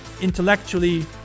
intellectually